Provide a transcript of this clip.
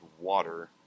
water